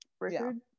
richard